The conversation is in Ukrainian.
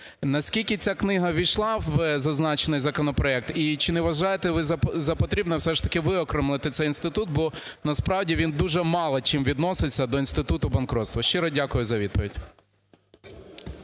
Наскільки ця книга увійшла в зазначений законопроект? І чи не вважаєте ви за потрібне все ж таки виокремити цей інститут? Бо насправді він дуже мало чим відноситься до інституту банкрутства. Щиро дякую за відповідь.